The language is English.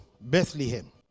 Bethlehem